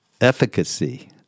efficacy